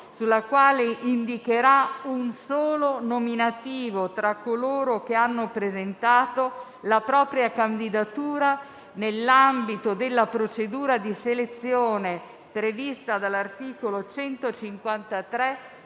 sulla quale indicherà un solo nominativo tra coloro che hanno presentato la propria candidatura nell'ambito della procedura di selezione prevista dall'articolo 153,